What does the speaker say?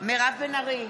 מירב בן ארי,